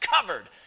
covered